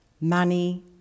money